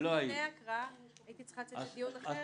ואני הייתי צריכה לצאת לדיון אחר.